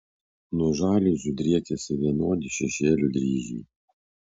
nuo žaliuzių driekiasi vienodi šešėlių dryžiai